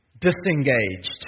disengaged